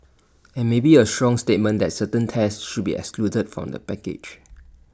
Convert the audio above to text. and maybe A strong statement that certain tests should be excluded from the package